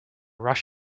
rush